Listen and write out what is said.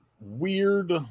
weird